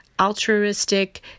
altruistic